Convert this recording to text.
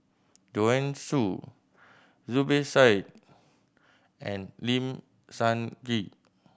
Joanne Soo Zubir Said and Lim Sun Gee